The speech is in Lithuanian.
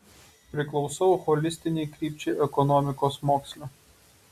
priklausau holistinei krypčiai ekonomikos moksle